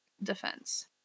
Defense